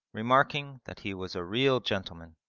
remarking that he was a real gentleman.